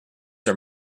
are